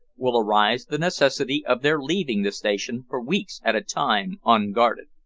will arise the necessity of their leaving the station for weeks at a time unguarded.